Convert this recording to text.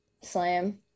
slam